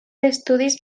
d’estudis